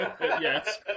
yes